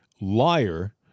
liar